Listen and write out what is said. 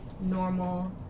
normal